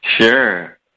Sure